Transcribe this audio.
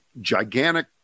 gigantic